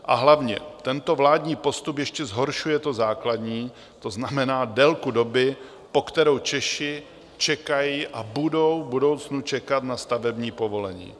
A hlavně, tento vládní postup ještě zhoršuje to základní, to znamená délku doby, po kterou Češi čekají a budou v budoucnu čekat na stavební povolení.